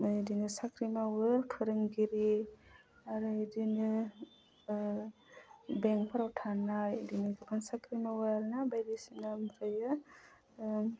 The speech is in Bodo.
नै बिदिनो साख्रि मावो फोरोंगिरि आरो बिदिनो बेंकफोराव थानाय बिदिनो गोबां साख्रि मावो आरो ना बायदिसिना ओमफ्रायो